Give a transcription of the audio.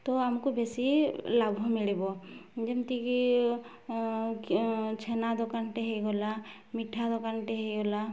ତ ଆମକୁ ବେଶୀ ଲାଭ ମିଳିବ ଯେମିତିକି ଛେନା ଦୋକାନଟେ ହେଇଗଲା ମିଠା ଦୋକାନଟେ ହେଇଗଲା